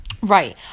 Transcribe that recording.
right